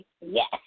yes